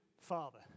father